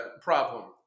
problem